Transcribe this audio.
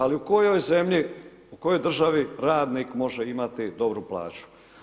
Ali u kojoj zemlji, u kojoj državi radnik može imati dobru plaću?